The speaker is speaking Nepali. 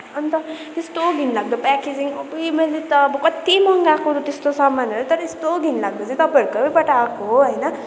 अन्त त्यस्तो घिनलाग्दो प्याकेजिङ अबुई मैले त अब कत्ति मगाएको त त्यस्तो सामानहरू तर यस्तो घिनलाग्दो चाहिँ तपाईँहरूकोबाट आएको हो होइन